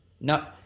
No